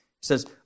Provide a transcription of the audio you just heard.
says